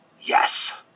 Yes